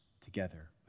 together